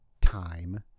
time